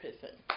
person